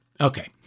Okay